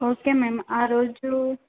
okay ma'am ఆ రోజు